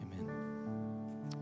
Amen